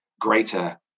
greater